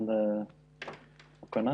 שמכונה